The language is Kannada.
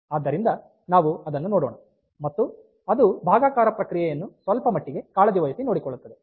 ಆದ್ದರಿಂದ ನಾವು ಅದನ್ನು ನೋಡೋಣ ಮತ್ತು ಅದು ಭಾಗಾಕಾರ ಪ್ರಕ್ರಿಯೆಯನ್ನು ಸ್ವಲ್ಪ ಮಟ್ಟಿಗೆ ಕಾಳಜಿವಹಿಸಿ ನೋಡಿಕೊಳ್ಳುತ್ತದೆ